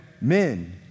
Men